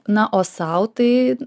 na o sau tai